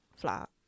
flat